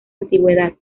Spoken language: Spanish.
antigüedad